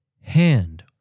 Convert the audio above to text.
Hand